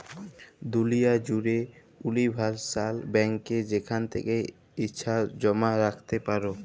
দুলিয়া জ্যুড়ে উলিভারসাল ব্যাংকে যেখাল থ্যাকে ইছা জমা রাইখতে পারো